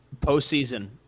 Postseason